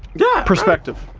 yeah. prospective.